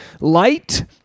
Light